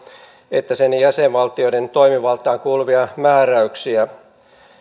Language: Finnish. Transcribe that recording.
että sen jäsenvaltioiden toimivaltaan kuuluvia määräyksiä